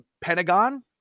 Pentagon